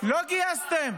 לא גייסתם.